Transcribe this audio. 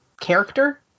character